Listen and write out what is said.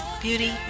beauty